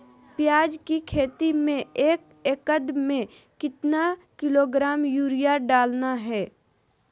प्याज की खेती में एक एकद में कितना किलोग्राम यूरिया डालना है?